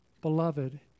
Beloved